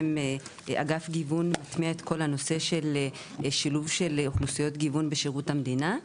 אגף גיוון מטמיע את כל נושא שילוב אוכלוסיות גיוון בשירות המדינה,